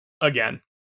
again